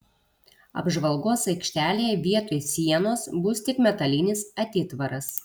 apžvalgos aikštelėje vietoj sienos bus tik metalinis atitvaras